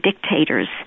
dictators